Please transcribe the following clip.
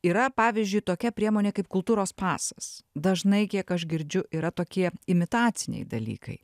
yra pavyzdžiui tokia priemonė kaip kultūros pasas dažnai kiek aš girdžiu yra tokie imitaciniai dalykai